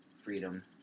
freedom